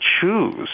choose